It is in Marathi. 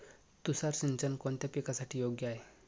तुषार सिंचन कोणत्या पिकासाठी योग्य आहे?